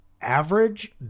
average